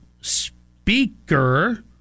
Speaker